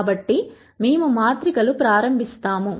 కాబట్టి మేము మాత్రికలు ప్రారంభిస్తాము